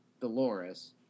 Dolores